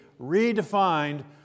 redefined